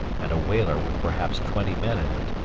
and a whaler with perhaps twenty men in it,